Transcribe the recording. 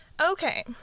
Okay